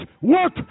work